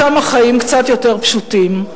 שם החיים קצת יותר פשוטים.